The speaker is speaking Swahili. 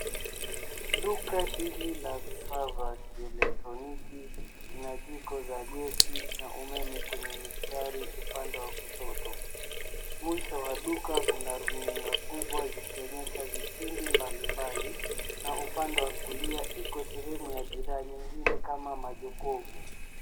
Duka hili la vifaa vya kielektroniki kina jiko za gesi na umeme kwenye mistari upande wa kushoto. Mwisho wa duka kuna runinga kubwa zikionyesha vipindi mbalimbali, na upande wa kulia iko sehemu ya bidhaa nyingine kama majokovu.